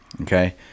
Okay